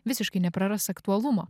visiškai nepraras aktualumo